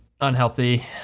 unhealthy